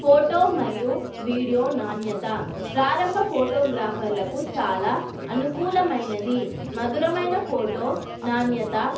photo మరియు video నాణ్యత ప్రారంభ ఫోటోగ్రాఫర్లకు చాలా అనుకూలమైనది మధురమైన ఫోటో నాణ్యత